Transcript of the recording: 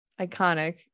iconic